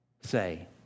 say